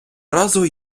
разу